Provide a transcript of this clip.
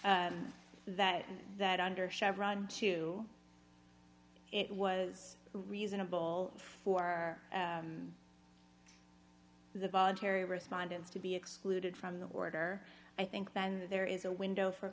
that that under chevron two it was reasonable for the voluntary respondents to be excluded from the order i think that there is a window for